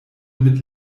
mit